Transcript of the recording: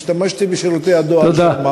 השתמשתי בשירותי הדואר שם,